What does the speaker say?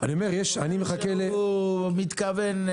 גיבשנו מתווה.